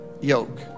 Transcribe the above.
yoke